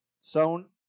Sown